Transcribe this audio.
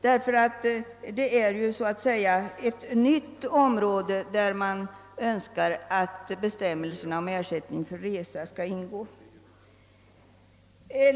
Detta är ett nytt område, som man önskar föra in under bestämmelserna om ersättning för resa i samband med sjukdom.